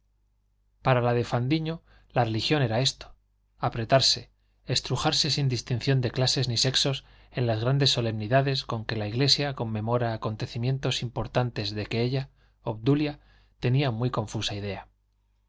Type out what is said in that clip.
para la de fandiño la religión era esto apretarse estrujarse sin distinción de clases ni sexos en las grandes solemnidades con que la iglesia conmemora acontecimientos importantes de que ella obdulia tenía muy confusa idea